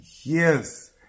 Yes